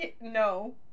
No